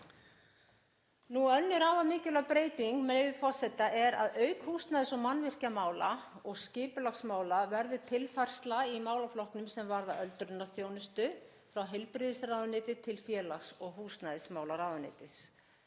Önnur afar mikilvæg breyting, með leyfi forseta, er þessi: „Auk húsnæðis- og mannvirkjamála og skipulagsmála verður tilfærsla á málaflokkum sem varða öldrunarþjónustu frá heilbrigðisráðuneyti til félags- og húsnæðismálaráðuneytis.